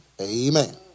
Amen